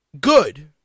good